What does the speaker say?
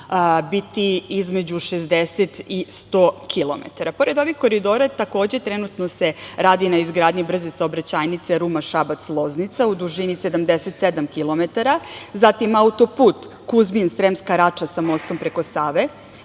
biti između 60 i 100 kilometara. Pored ovih koridora, takođe se trenutno radi na izgradnji brze saobraćajnice Ruma - Šabac - Loznica u dužini 77 kilometara, zatim autoput Kuzmin - Sremska Rača sa mostom preko Save